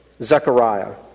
Zechariah